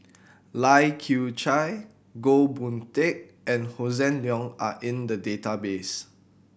Lai Kew Chai Goh Boon Teck and Hossan Leong are in the database